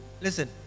Listen